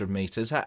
meters